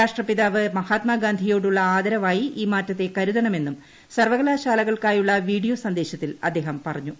രാഷ്ട്രപിതാവ് മഹാത്മാഗാന്ധിയോടുള്ള ആദരവായി ഈ മാറ്റത്തെ കരുതണമെന്നും സർവകലാശാലകൾക്കായുള്ള വീഡിയോ സന്ദേശത്തിൽ അദ്ദേഹം പറഞ്ഞു